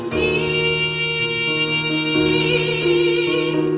e